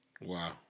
wow